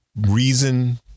reason